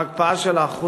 ההקפאה של 1%